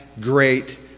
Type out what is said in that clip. great